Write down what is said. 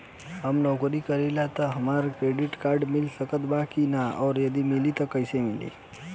हम नौकरी करेनी त का हमरा क्रेडिट कार्ड मिल सकत बा की न और यदि मिली त कैसे मिली?